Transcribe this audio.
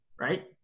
right